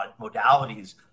modalities